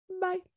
bye